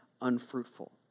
unfruitful